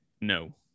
No